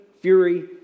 fury